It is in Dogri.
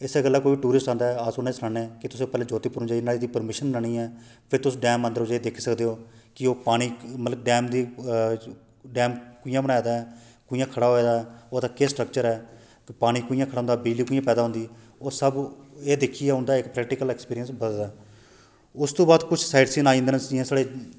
इस्सै गल्लै कोई टूरिस्ट आंदा ऐ अस उसी सनानें हा कि तुसें ज्योतिपुरम जाइयै पैहले नुहाड़ी प्रमीशन बनानी ऐ फिर तुस डैम अदंर जाइयै दिक्खी सकदे ओ कि ओह् पानी मतलब डैम दी डैम कियां बनाए दा ऐ डैम कियां खड़ा होऐ दा ऐ ओह्दा केह् स्टकचर ऐ चे पानी कियां खड़ोंदा ऐ बिजली कियां पैदा होंदी ओह् सब एह् दिक्खियै इक उंदा प्रक्टिकल ऐक्सपीरंयस बधदा ऐ उस तू बाद कुछ साइड सीन आई जंदे न जियां साढ़े